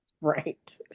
Right